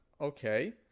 Okay